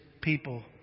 people